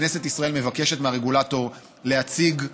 כנסת ישראל מבקשת מהרגולטור להציג מדיניות,